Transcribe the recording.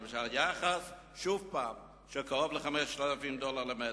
היחס הוא של קרוב ל-5,000 דולר למטר.